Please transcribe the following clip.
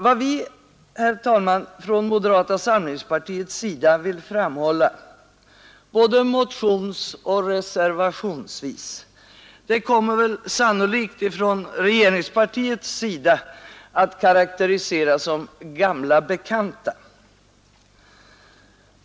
Vad vi, herr talman, från moderata samlingspartiets sida vill framhålla — både motionsoch reservationsvis — kommer sannolikt från regeringspartiets sida att karekteriseras som ”gamla bekanta”.